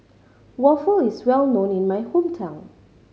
waffle is well known in my hometown